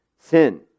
sin